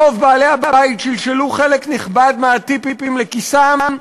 רוב בעלי-הבית שלשלו חלק נכבד מהטיפים לכיסם,